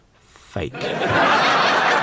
fake